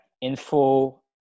info